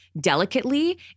delicately